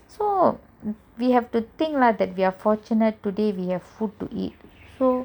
so we have to think about that we're fortunate today we have food to eat so